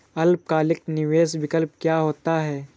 अल्पकालिक निवेश विकल्प क्या होता है?